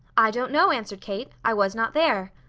i don't know, answered kate. i was not there.